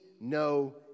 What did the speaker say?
no